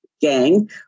gang